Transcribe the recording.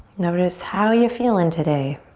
notice how you feelin' today.